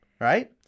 right